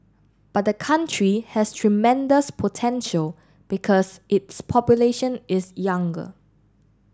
but the country has tremendous potential because its population is younger